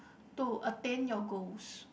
to attain your goals